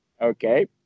Okay